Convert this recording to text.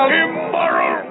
immoral